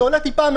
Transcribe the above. זה עולה טיפה,